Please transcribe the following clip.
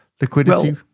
liquidity